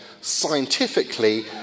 scientifically